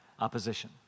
opposition